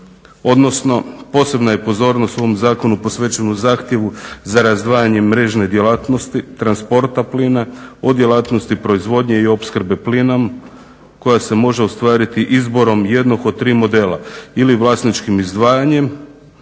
Odnosno posebne je pozornost u ovom zakonu posvećeno zahtjevu za razdvajanje mrežne djelatnosti, transporta plina o djelatnosti proizvodnje i opskrbe plinom koja se može ostvariti izborom jednog od tri modela ili vlasničkim izdvajanjem